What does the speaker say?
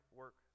work